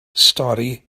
stori